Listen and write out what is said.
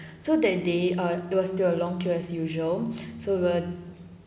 so that day ah it was still a long queue as usual so we were